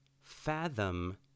fathom